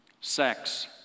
sex